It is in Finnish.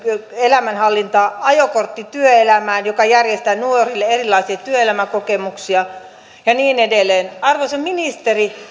elämänhallintaa ajokortin työelämään joka järjestää nuorille erilaisia työelämäkokemuksia ja niin edelleen arvoisa ministeri